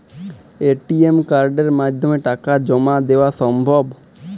ATM কার্ডের মাধ্যমে টাকা জমা দেওয়া সম্ভব?